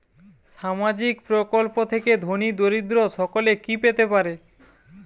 সামাজিক প্রকল্প থেকে ধনী দরিদ্র সকলে কি পেতে পারে?